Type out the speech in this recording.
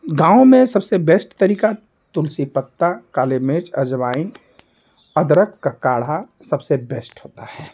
गाँव में सबसे बेस्ट तरीका तुलसी पत्ता काली मिर्च अजवाइन अदरक का काढ़ा सबसे बेस्ट होता है